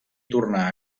tornar